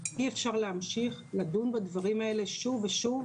אי אפשר להמשיך לדון בדברים האלה שוב ושוב,